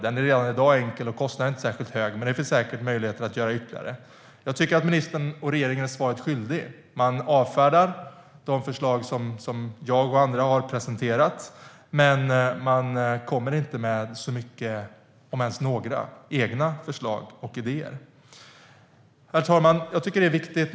Den är redan i dag enkel, och kostnaden är inte särskilt hög - men det finns säkert möjlighet att göra ytterligare. Herr talman!